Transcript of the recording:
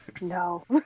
No